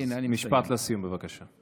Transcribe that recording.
אז משפט לסיום, בבקשה.